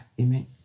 Amen